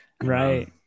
Right